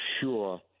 sure